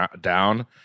down